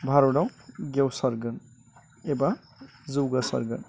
भारतआव गेवसारगोन एबा जौगासारगोन